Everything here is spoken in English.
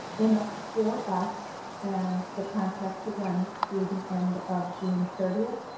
and for us and the contract to run through the end of june thirtieth,